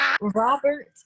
Robert